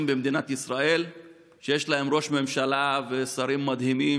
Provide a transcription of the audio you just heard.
במדינת ישראל שיש להם ראש ממשלה ושרים מדהימים,